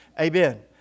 Amen